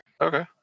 okay